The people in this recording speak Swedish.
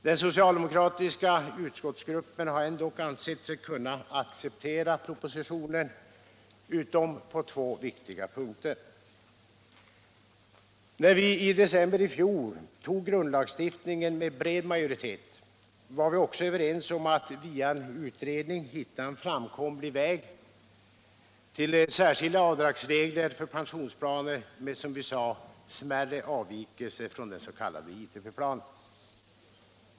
Den socialdemokratiska utskottsgruppen har ändock ansett sig kunna acceptera propositionen utom på två viktiga punkter. När vi i december i fjol antog grundlagstiftningen med bred majoritet var vi också överens om att genom en utredning hitta en framkomlig väg till särskilda avdragsregler för pensionsplaner med, som vi sade, smärre avvikelser från ITP-planen.